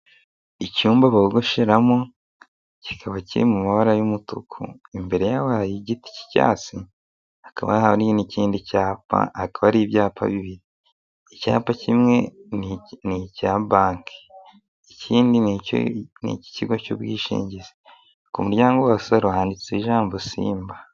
Icyumba bogosheramo, kikaba kiri mu mabara y'umutuku, imbere yaho hari igiti cy'icyatsi, hakaba hariho n'ikindi cyapa hakaba hari ibyapa bibiri, icyapa kimwe n'icya banki, ikindi ni iki icy'ubwishingizi, ku muryango wa salo handitseho ijambo simba.